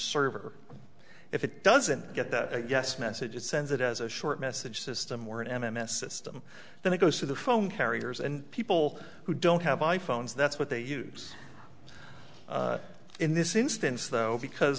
server if it doesn't get that yes message it sends it as a short message system or m m s system then it goes to the phone carriers and people who don't have i phones that's what they use in this instance though because